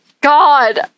God